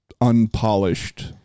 unpolished